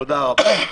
תודה רבה.